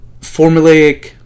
formulaic